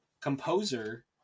composer